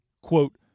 quote